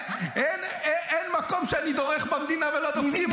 אין מקום שאני דורך בו במדינה ולא דופקים אותי.